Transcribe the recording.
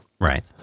Right